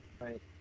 Right